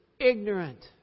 ignorant